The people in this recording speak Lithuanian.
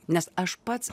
nes aš pats